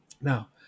Now